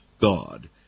God